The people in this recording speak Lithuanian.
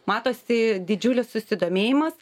matosi didžiulis susidomėjimas